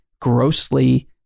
grossly